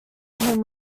him